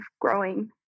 growing